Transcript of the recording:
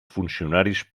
funcionaris